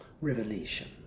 revelation